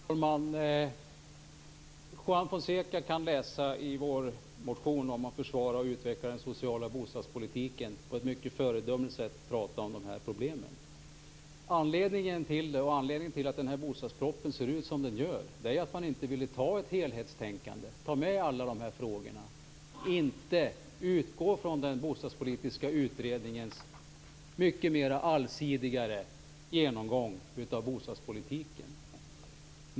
Fru talman! Juan Fonseca kan läsa i vår motion om hur vi vill försvara och utveckla den sociala bostadspolitiken. Där diskuterar vi på ett mycket föredömligt sätt om dessa problem. Anledningen till att bostadspropositionen ser ut som den gör är att man inte vill ta ett helhetsgrepp om alla dessa frågor. Man utgår inte från den bostadspolitiska utredningens mycket mera allsidiga genomgång av bostadspolitiken.